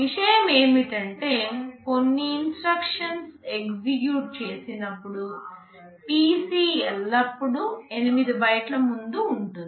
విషయం ఏమిటంటే కొన్ని ఇన్స్ట్రక్షన్స్ ఎగ్జిక్యూట్ చేసినప్పుడు PC ఎల్లప్పుడూ 8 బైట్ల ముందు ఉంటుంది